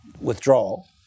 withdrawal